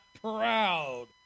proud